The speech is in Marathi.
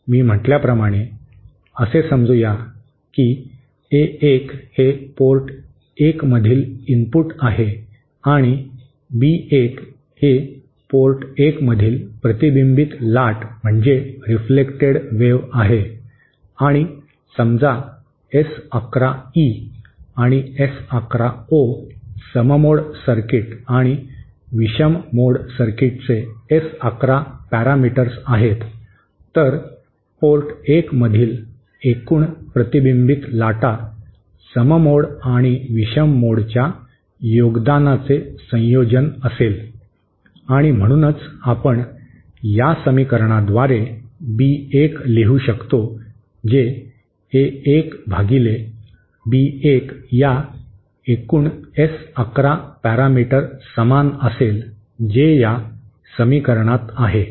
मी म्हटल्याप्रमाणे असे समजू या की ए 1 हे पोर्ट 1 मधील इनपुट आहे आणि बी 1 ही पोर्ट 1 मधील प्रतिबिंबित लाट म्हणजे रिफ्लेक्टेड वेव्ह आहे आणि समजा एस 11 ई आणि एस 11 ओ सम मोड सर्किट आणि विषम मोड सर्किटचे एस 11 पॅरामीटर्स आहेत तर पोर्ट 1 मधील एकूण प्रतिबिंबित लाटा सम मोड आणि विषम मोडच्या योगदानाचे संयोजन असेल आणि म्हणूनच आपण या समीकरणाद्वारे बी 1 लिहू शकतो जे ए 1 भागिले बी 1 या एकूण एस 11 पॅरामीटर समान असेल जे या समीकरणात आहे